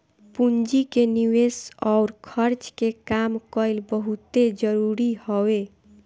पूंजी के निवेस अउर खर्च के काम कईल बहुते जरुरी हवे